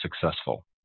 successful